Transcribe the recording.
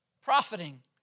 profiting